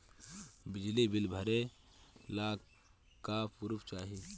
बिजली बिल भरे ला का पुर्फ चाही?